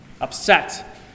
upset